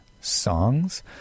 songs